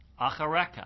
achareka